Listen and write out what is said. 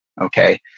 Okay